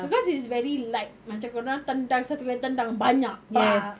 because it's very light macam kau orang tendang satu kali tendang banyak